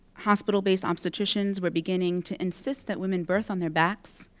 hospital-based obstetricians were beginning to insist that women birth on their backs,